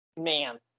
Man